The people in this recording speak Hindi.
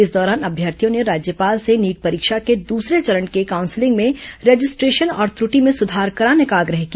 इस दौरान अम्यर्थियों ने राज्यपाल से नीट परीक्षा के दूसरे चरण के काउंसिलिंग में रजिस्ट्रेशन और ंत्रटि में सुधार कराने का आग्रह किया